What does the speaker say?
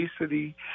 obesity